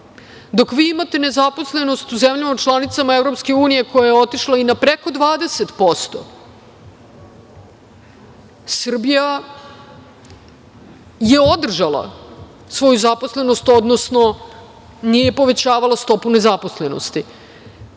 vi imate nezaposlenost u zemljama članicama EU koja je otišla i na preko 20%, Srbija je održala svoju zaposlenost, odnosno nije povećavala stopu nezaposlenost.